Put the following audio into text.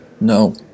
No